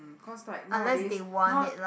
because like nowadays now